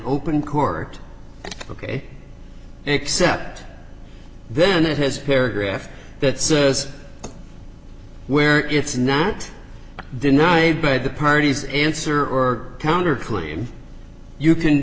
open court ok except then it has paragraph that says where it's not denied by the parties answer or counter claim you can